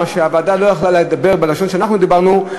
והוועדה לא יכלה לדבר בלשון שאנחנו דיברנו,